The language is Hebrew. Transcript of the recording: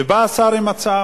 ובא השר עם הצעה.